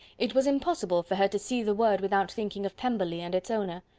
it was impossible for her to see the word without thinking of pemberley and its owner.